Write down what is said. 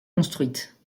construite